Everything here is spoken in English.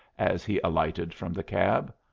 as he alighted from the cab.